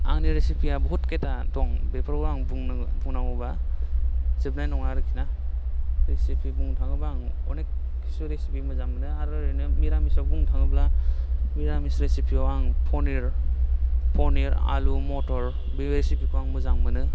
आंनि रिसिफिया बहुथ खैथा दं बेफोरखौ आं बुंनांगौबा जोबनाय नङा आरोखि ना रिसिफि बुंनो थाङोबा आं अनेख खिसु रिसिफि मोजां मोनो आरो ओरैनो मिरामिसाव बुंनो थाङोब्ला मिरामिस रिसिफियाव आं फनिर फनिर आलु मटर बे रिसिफिखौ आं मोजां मोनो